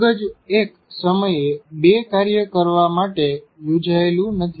મગજ એક સમયે બે કાર્ય કરવા માટે યોજાયેલું નથી